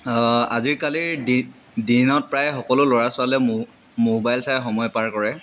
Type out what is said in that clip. আজিকালিৰ দি দিনত প্ৰায় সকলো ল'ৰা ছোৱালীয়ে মো মোবাইল চাই সময় পাৰ কৰে